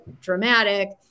dramatic